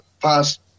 past